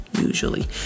Usually